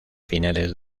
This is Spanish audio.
finales